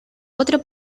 otro